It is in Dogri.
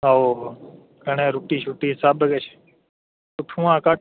आहो कन्नै रुट्टी शुट्टी सब किश उत्थुआं घट्ट